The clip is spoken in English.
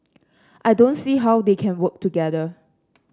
I don't see how they can work together